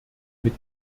mit